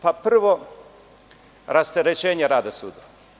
Prvo, rasterećenje rada sudova.